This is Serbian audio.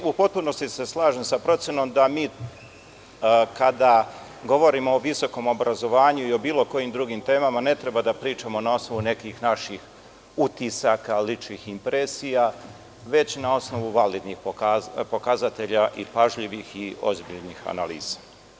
U potpunosti se slažem sa procenom da mi kada govorimo o visokom obrazovanju i o bilo kojim drugim temama ne treba da pričamo na osnovu nekih naših utisaka, ličnih impresija, već na osnovu validnih pokazatelja i pažljivih i ozbiljnih analiza.